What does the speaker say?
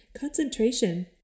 Concentration